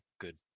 good